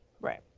Right